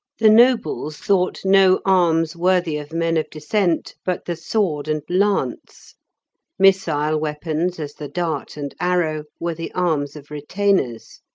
the nobles thought no arms worthy of men of descent but the sword and lance missile weapons, as the dart and arrow, were the arms of retainers.